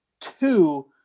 two